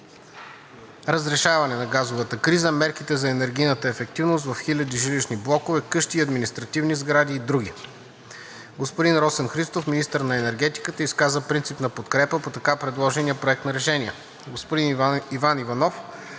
разрешаване на газовата криза, мерките за енергийна ефективност в хиляди жилищни блокове, къщи и административни сгради и други. Господин Росен Христов – министър на енергетиката, изказа принципна подкрепа по така предложения проект на решение. Господин Иван Иванов